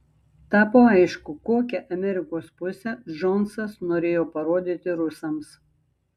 tapo aišku kokią amerikos pusę džonsas norėjo parodyti rusams